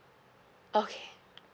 okay